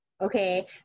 okay